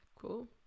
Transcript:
Cool